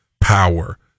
power